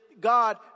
God